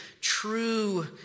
true